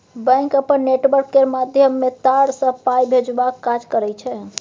bank अपन network केर माध्यमे तार सँ पाइ भेजबाक काज करय छै